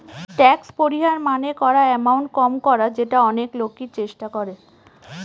tax পরিহার মানে করা এমাউন্ট কম করা যেটা অনেক লোকই চেষ্টা করে